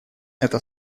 это